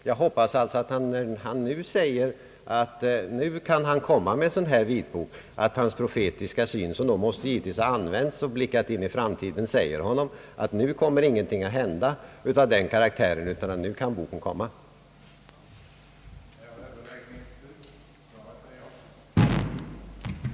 Jag hoppas därför, att när han nu säger att han nu kan ge ut en sådan här vitbok, så har han använt sin profetiska syn som blickat in i framtiden och sagt honom att nu kommer ingenting av den karaktären att hända, utan nu kan boken komma ut.